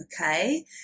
okay